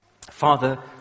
Father